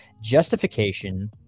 justification